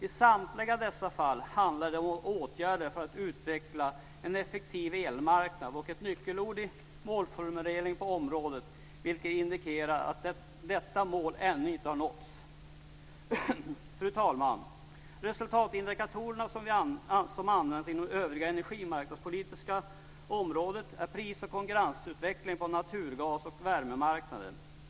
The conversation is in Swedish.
I samtliga dessa fall handlar det om åtgärder för att utveckla en effektiv elmarknad - nyckelord i målformuleringen på området - vilket indikerar att detta mål ännu inte har nåtts. Fru talman! De resultatindikatorer som används inom det övriga energimarknadspolitiska området är pris och konkurrensutveckling på naturgas och värmemarknaden.